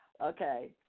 Okay